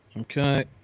Okay